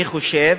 אני חושב